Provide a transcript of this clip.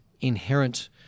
inherent